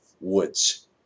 Woods